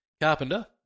Carpenter